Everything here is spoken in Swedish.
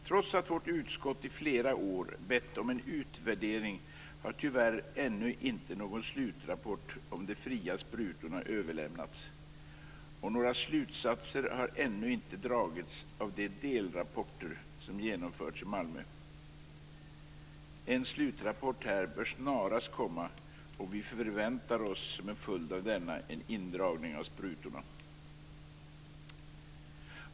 Trots att utskottet i flera år har bett om en utvärdering har tyvärr ännu inte någon slutrapport om de fria sprutorna överlämnats, och några slutsatser har ännu inte dragits av de delrapporter som lagts fram om Malmö. En slutrapport bör snarast läggas fram, och vi förväntar oss som en följd av denna en indragning av sprutorna.